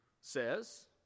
says